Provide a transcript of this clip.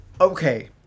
okay